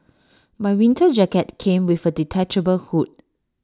my winter jacket came with A detachable hood